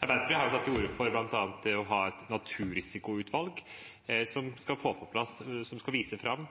Arbeiderpartiet har tatt til orde for bl.a. å ha et naturrisikoutvalg, som skal vise fram